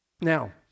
Now